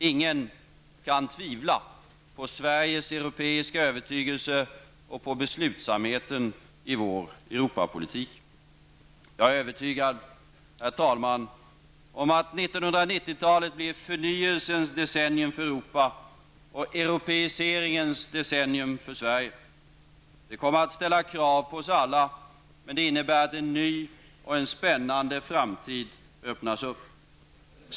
Ingen skall kunna tvivla på Sveriges europeiska övertygelse och beslutsamheten i vår Jag är övertygad, herr talman, om att 1990-talet blir förnyelsens decennium för Europa och europeiseringens decennium för Sverige. Det kommer att ställa krav på oss alla. Men det innebär att en ny och spännande framtid öppnas upp.